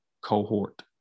cohort